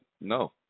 no